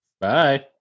Bye